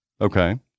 Okay